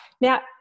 now